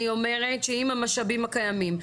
אני אומרת שעם המשאבים הקיימים,